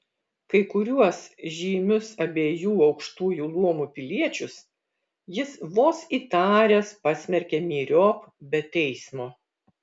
kai kuriuos žymius abiejų aukštųjų luomų piliečius jis vos įtaręs pasmerkė myriop be teismo